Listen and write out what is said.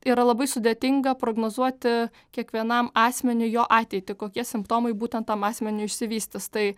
yra labai sudėtinga prognozuoti kiekvienam asmeniui jo ateitį kokie simptomai būtent tam asmeniui išsivystys tai